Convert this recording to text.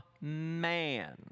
Man